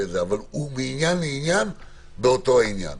אבל זה מעניין לעניין באותו עניין.